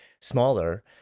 smaller